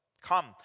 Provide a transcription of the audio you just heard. Come